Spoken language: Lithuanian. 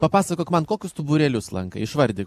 papasakok man kokius tu būrelius lankai išvardyk